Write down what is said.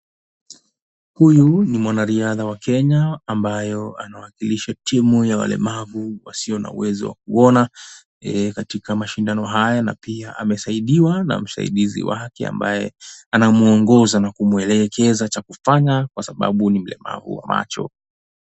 Huyu ni mwanariadha wa Kenya ambayo anawakilisha timu ya walemavu wasio na uwezo wa kuona katika mashindano haya na pia amesaidiwa na msaidizi wake ambaye anamwongoza na kumwelekeza cha kufanya kwa sababu ni mlemavu wa macho.